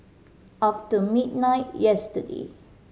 after midnight yesterday